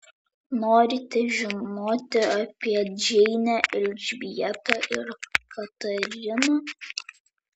norite žinoti apie džeinę elžbietą ir katariną